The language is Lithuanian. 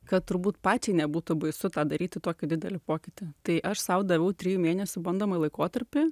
kad turbūt pačiai nebūtų baisu tą daryti tokį didelį pokytį tai aš sau daviau trijų mėnesių bandomąjį laikotarpį